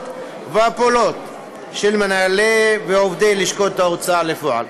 והפעולות של מנהלי ועובדי לשכות ההוצאה לפועל.